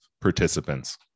participants